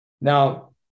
Now